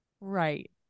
Right